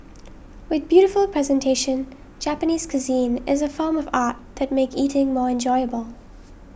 with beautiful presentation Japanese cuisine is a form of art that make eating more enjoyable